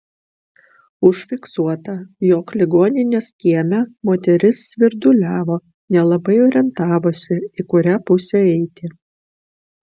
užfiksuota jog ligoninės kieme moteris svirduliavo nelabai orientavosi į kurią pusę eiti